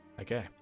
Okay